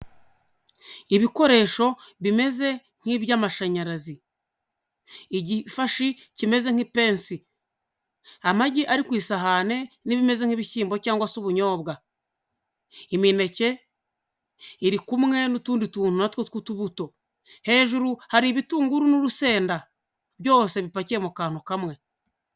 Ibikoresho bimeze nk'iby'amashanyarazi, igishashi kimeze nk'ipensi, amagi ari ku isahani n'ibimeze nk'ibishyimbo cyangwag se ubunyobwa, imineke iri kumwe n'utundi tuntu na two tw'utubuto, hejuru hari ibitunguru n'urusenda byose bipakiye mu kantu kamwe.